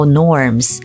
norms